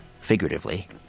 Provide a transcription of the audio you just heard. figuratively